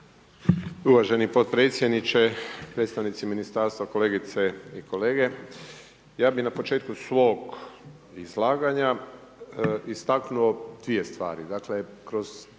Uvaženi potpredsjedniče, predstavnici Ministarstva, kolegice i kolege. Ja bih na početku svog izlaganja istaknuo dvije stvari.